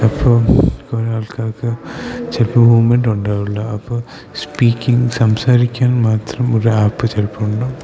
അപ്പോൾ കുറേ ആൾക്കാർക്ക് ചിലപ്പോൾ മൂവ്മെൻ്റ് ഉണ്ടാവില്ല അപ്പോൾ സ്പീക്കിങ് സംസാരിക്കാൻ മാത്രം ഒരു ആപ്പ് ചിലപ്പോൾ ഉണ്ടാവും